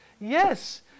Yes